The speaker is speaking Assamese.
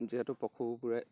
যিহেতু পশুবোৰে